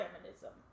feminism